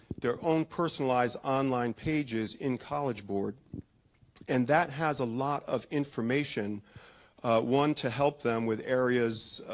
their own personalized online pages in college board and that has a lot of information one to help them with areas